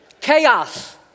Chaos